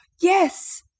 yes